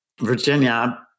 Virginia